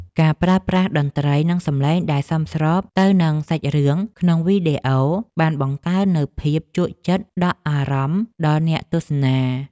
ការប្រើប្រាស់តន្ត្រី និងសំឡេងដែលសមស្របទៅនឹងសាច់រឿងក្នុងវីដេអូបានបង្កើននូវភាពជក់ចិត្តដក់អារម្មណ៍ដល់អ្នកទស្សនា។